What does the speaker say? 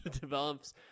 develops